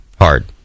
Hard